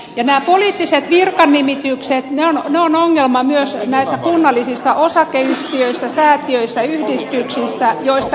nämä poliittiset virkanimitykset ovat ongelma myös kunnallisissa osakeyhtiöissä säätiöissä yhdistyksissä joista äsken puhuin